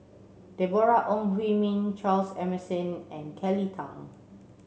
Deborah Ong Hui Min Charles Emmerson and Kelly Tang